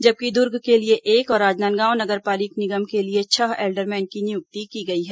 जबकि दुर्ग के लिए एक और राजनांदगांव नगर पालिक निगम के लिए छह एल्डरमैन की नियुक्ति की गई है